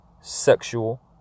sexual